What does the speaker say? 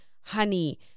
honey